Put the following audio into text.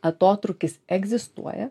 atotrūkis egzistuoja